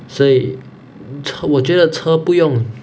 所以车我觉得车不用